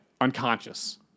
unconscious